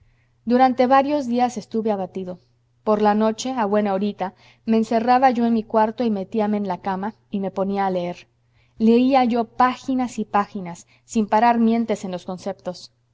durante varios días estuve abatido por la noche a buena horita me encerraba yo en mi cuarto metíame en la cama y me ponía a leer leía yo páginas y páginas sin parar mientes en los conceptos